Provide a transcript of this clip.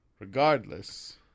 Regardless